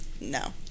No